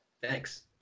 thanks